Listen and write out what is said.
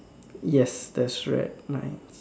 yes there's red lines